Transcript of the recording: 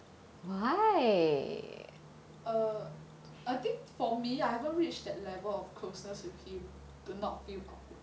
err I think for me I haven't reach that level of closeness with him to not feel awkward